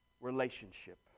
Relationship